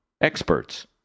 experts